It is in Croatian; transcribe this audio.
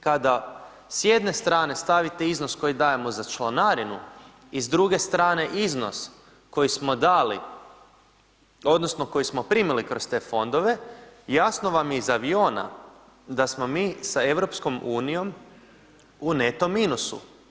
Kada s jedne strane stavite iznos koji dajemo za članarinu i s druge strane iznos koji smo dali odnosno koji smo primili kroz te fondove jasno vam je iz aviona da smo mi sa EU u neto minusu.